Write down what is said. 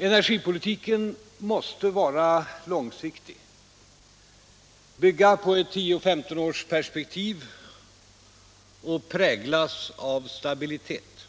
Energipolitiken måste vara långsiktig, bygga på ett 10-15-årsperspektiv och präglas av stabilitet.